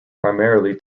primarily